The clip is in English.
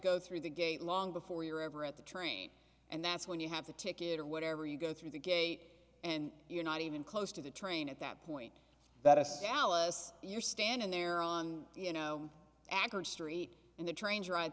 go through the gate long before you're ever at the train and that's when you have the ticket or whatever you go through the gate and you're not even close to the train at that point that as alice you're standing there on you know accurate street in the trains right